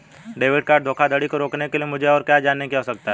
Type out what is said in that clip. Debit card धोखाधड़ी को रोकने के लिए मुझे और क्या जानने की आवश्यकता है?